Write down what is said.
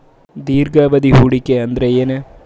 ದೀರ್ಘಾವಧಿ ಹೂಡಿಕೆ ಅಂದ್ರ ಏನು?